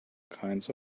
kinds